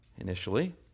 Initially